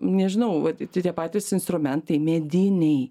nežinau vat tie patys instrumentai mediniai